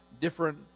different